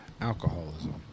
alcoholism